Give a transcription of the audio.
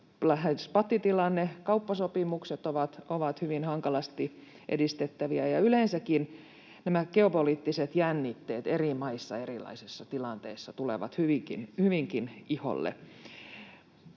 pattitilanne, kauppasopimukset ovat hyvin hankalasti edistettäviä, ja yleensäkin nämä geopoliittiset jännitteet eri maissa erilaisissa tilanteissa tulevat hyvinkin iholle